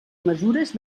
mesures